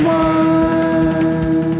one